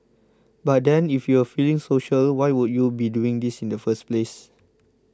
but then if you were feeling social why would you be doing this in the first place